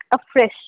afresh